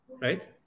right